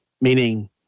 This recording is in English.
Meaning